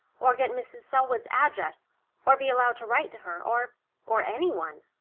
or get mrs. selwood's address or be allowed to write to her, or or any one.